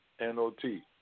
N-O-T